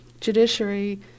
judiciary